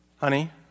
Honey